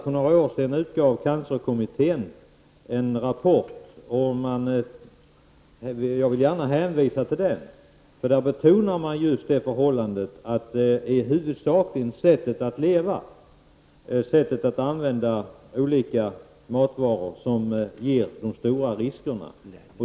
För några år sedan utgav cancerkommittén en rapport som jag gärna vill hänvisa till, för där betonas just det förhållandet att det är huvudsakligen sättet att leva, sättet att använda olika matvaror, som medför de stora riskerna.